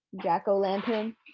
jack-o'-lantern